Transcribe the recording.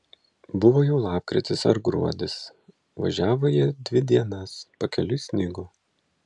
buvo jau lapkritis ar gruodis važiavo jie dvi dienas pakeliui snigo